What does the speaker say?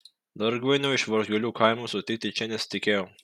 dargvainio iš varžgalių kaimo sutikti čia nesitikėjau